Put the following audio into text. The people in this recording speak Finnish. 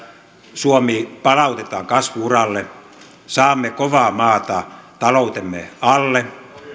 suomi palautetaan kasvu uralle saamme kovaa maata taloutemme alle